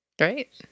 Right